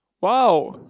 wow